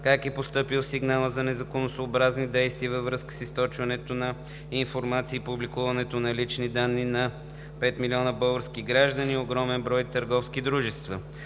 как е постъпил сигналът за незаконосъобразните действия във връзка с източването на информация и публикуването на лични данни на пет милиона български граждани и огромен брой търговски дружества.